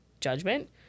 judgment